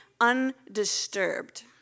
undisturbed